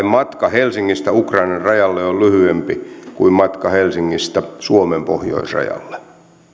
matka helsingistä ukrainan rajalle on lyhyempi kuin matka helsingistä suomen pohjoisrajalle